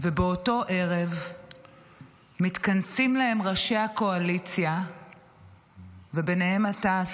ובאותו ערב מתכנסים להם ראשי הקואליציה וביניהם אתה,